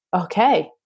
okay